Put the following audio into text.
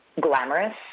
glamorous